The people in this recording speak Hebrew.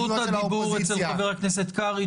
זכות הדיבור אצל חבר הכנסת קרעי,